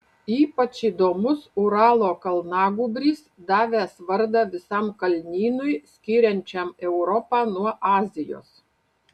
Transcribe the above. ypač įdomus uralo kalnagūbris davęs vardą visam kalnynui skiriančiam europą nuo azijos